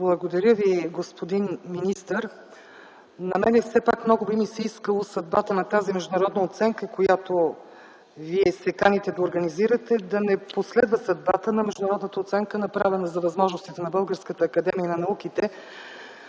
Благодаря Ви, господин министър. На мен все пак много би ми се искало съдбата на тази международна оценка, която Вие се каните да организирате, да не последва съдбата на международната оценка, направена за възможностите на Българската академия на науките.